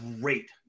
great